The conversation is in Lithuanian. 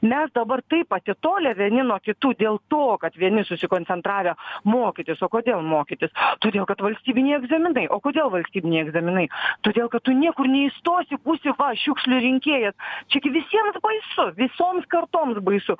mes dabar taip atitolę vieni nuo kitų dėl to kad vieni susikoncentravę mokytis o kodėl mokytis todėl kad valstybiniai egzaminai o kodėl valstybiniai egzaminai todėl kad tu niekur neįstosi būsi va šiukšlių rinkėjas čia gi visiems baisu visoms kartoms baisu